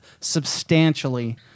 substantially